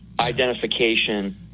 identification